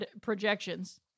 projections